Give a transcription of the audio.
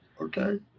Okay